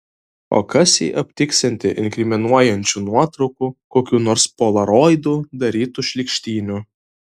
o kas jei aptiksianti inkriminuojančių nuotraukų kokių nors polaroidu darytų šlykštynių